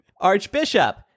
Archbishop